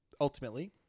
Ultimately